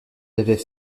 devait